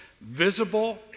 visible